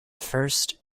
first